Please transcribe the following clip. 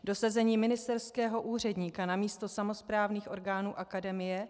Dosazení ministerského úředníka namísto samosprávných orgánů akademie?